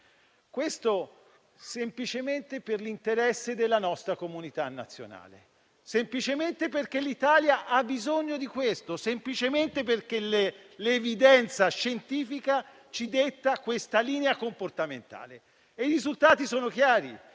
tornerò: semplicemente per l'interesse della nostra comunità nazionale; semplicemente perché l'Italia ha bisogno di questo; semplicemente perché l'evidenza scientifica ci detta questa linea comportamentale. I risultati sono chiari,